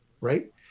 right